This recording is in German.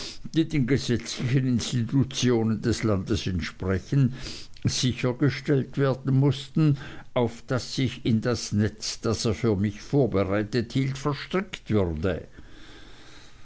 den gesetzlichen institutionen des landes entsprechen sichergestellt werden mußten auf daß ich in das netz das er für mich vorbereitet hielt verstrickt würde